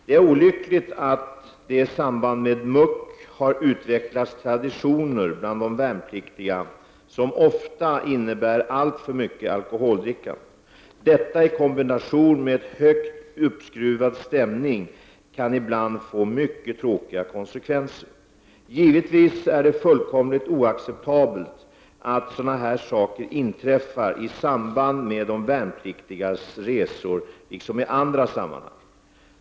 Det är olyckligt att det i samband med ”muck” har utvecklats traditioner bland de värnpliktiga som ofta innebär alltför mycket alkoholdrickande. Detta i kombination med en högt uppskruvad stämning kan ibland få mycket tråkiga konsekvenser. Givetvis är det fullkomligt oacceptabelt att sådana här saker inträffar i samband med de värnpliktigas resor liksom i andra sammanhang.